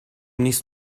نیست